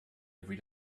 every